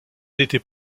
n’était